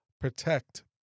protect